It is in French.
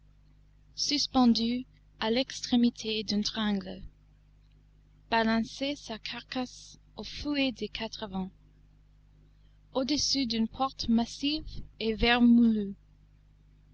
suspendue à l'extrémité d'une tringle balançait sa carcasse au fouet des quatre vents au-dessus d'une porte massive et vermoulue